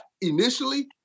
initially